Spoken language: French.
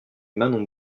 manon